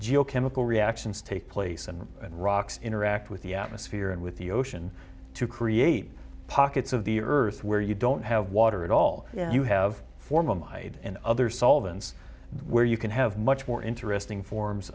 geo chemical reactions take place and rocks interact with the atmosphere and with the ocean to create pockets of earth where you don't have water at all you have for my other solvents where you can have much more interesting forms